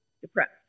depressed